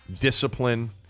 discipline